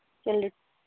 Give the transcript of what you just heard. चलो